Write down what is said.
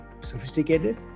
sophisticated